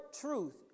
truth